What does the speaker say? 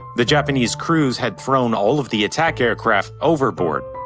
the japanese crew had thrown all of the attack aircraft overboard.